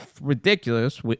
ridiculous